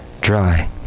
dry